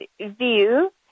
view